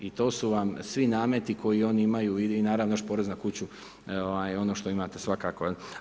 I to su vam svi nameti koji oni imaju i naravno još porez na kuću ono što imate svakako.